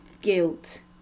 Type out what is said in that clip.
guilt